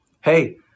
hey